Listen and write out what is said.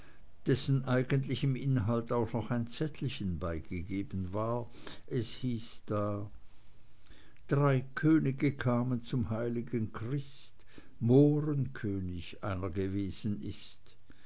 dessen eigentlichem inhalt auch noch ein zettelchen beigegeben war es hieß da drei könige kamen zum heiligenchrist mohrenkönig einer gewesen ist